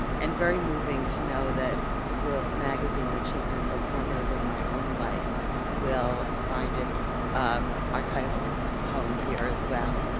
and very moving to know that lilith magazine, which has been so formative in my own life will find it's, um, archival home here as well.